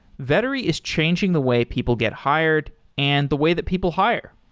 vettery is changing the way people get hired and the way that people hire.